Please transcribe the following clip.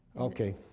Okay